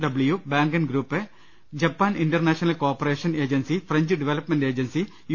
W ബാങ്കൻഗ്രൂപ്പെ Japan International cooperation agency French development agency U